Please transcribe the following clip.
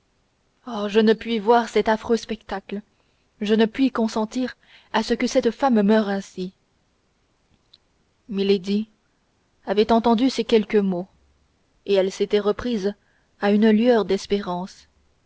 oh je ne puis voir cet affreux spectacle je ne puis consentir à ce que cette femme meure ainsi milady avait entendu ces quelques mots et elle s'était reprise à une lueur d'espérance